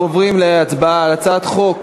אנחנו עוברים להצעת חוק